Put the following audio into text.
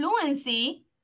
fluency